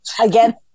again